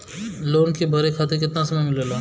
Loan के भरे खातिर कितना समय मिलेला?